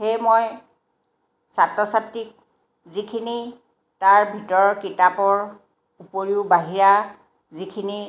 সেয়ে মই ছাত্ৰ ছাত্ৰীক যিখিনি তাৰ ভিতৰৰ কিতাপৰ উপৰিও বাহিৰা যিখিনি